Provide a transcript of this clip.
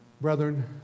Brethren